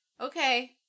Okay